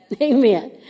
Amen